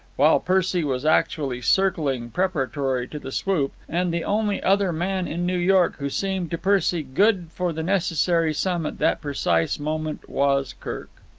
while percy was actually circling preparatory to the swoop, and the only other man in new york who seemed to percy good for the necessary sum at that precise moment was kirk.